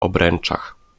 obręczach